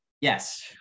Yes